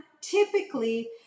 typically